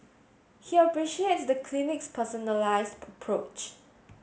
he appreciates the clinic's personalised approach